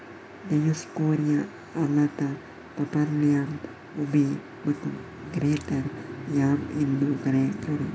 Dioscorea alata, purple yam, ube ಅಥವಾ greater yam ಎಂದೂ ಕರೆಯುತ್ತಾರೆ